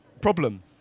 problem